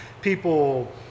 people